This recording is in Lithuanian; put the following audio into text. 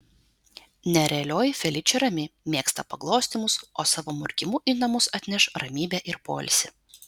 nerealioji feličė rami mėgsta paglostymus o savo murkimu į namus atneš ramybę ir poilsį